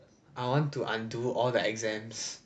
I want to undo all the exams